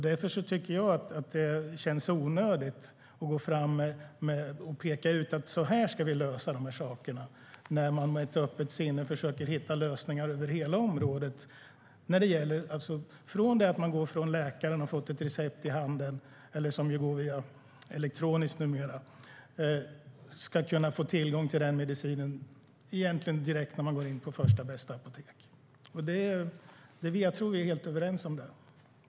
Därför tycker jag att det känns onödigt att peka ut hur vi ska lösa de här sakerna, när regeringen med ett öppet sinne försöker hitta lösningar över hela området. När man går från läkaren och har fått ett recept i handen, eller elektroniskt numera, ska man kunna få tillgång till medicinen på första bästa apotek. Jag tror att vi är helt överens om det.